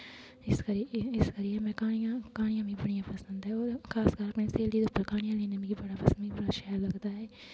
इस करियै में क्हानियां क्हानियां मिगी बड़ियां पसंद ही होर खास कर अपनी स्हेली दे उप्पर क्हानियां लिखना मिगी बड़ा पसंद बड़ा शैल लगदा ऐ